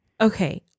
Okay